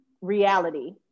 reality